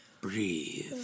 breathe